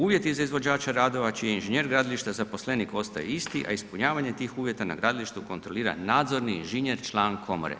Uvjeti za izvođača radova čiji je inženjer gradilišta zaposlenik, ostaje isti a ispunjavanje tih uvjeta na gradilištu kontrolira nadzorni inženjer član komore.